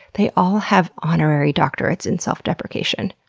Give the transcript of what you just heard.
they all have honorary doctorates in self-deprecation.